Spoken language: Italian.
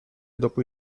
dopo